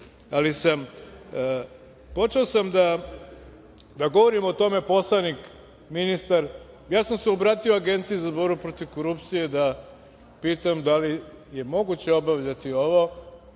ali počeo sam da govorim o tome - poslanik, ministar. Ja sam se obratio Agenciji za borbu protiv korupcije da pitam da li je moguće obavljati ovo,